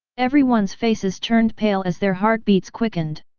everyone's faces turned pale as their heartbeats quickened.